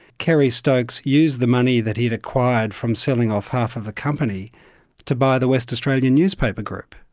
kerry stokes used the money that he'd acquired from selling off half of the company to buy the west australian newspaper group,